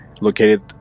located